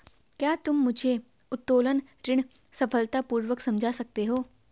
क्या तुम मुझे उत्तोलन ऋण सरलतापूर्वक समझा सकते हो?